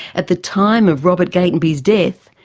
at the time of robert gatenby's death,